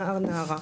נער ונערה.